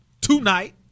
tonight